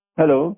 Hello